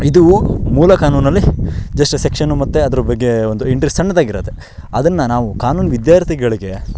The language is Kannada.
ಇದು ಮೂಲ ಕಾನೂನಲ್ಲಿ ಜಸ್ಟ್ ಸೆಕ್ಷನ್ನು ಮತ್ತು ಅದ್ರ ಬಗ್ಗೆ ಒಂದು ಎಂಟ್ರಿ ಸಣ್ಣದಾಗಿರುತ್ತೆ ಅದನ್ನು ನಾವು ಕಾನೂನು ವಿದ್ಯಾರ್ಥಿಗಳಿಗೆ